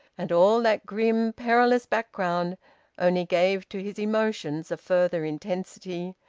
and all that grim, perilous background only gave to his emotions a further intensity,